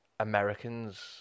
Americans